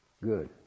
Good